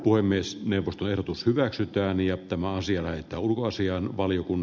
puhemiesneuvoston ehdotus hyväksytään ja tämä asia että ulkoasiainvaliokun